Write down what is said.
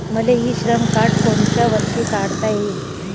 मले इ श्रम कार्ड कोनच्या वर्षी काढता येईन?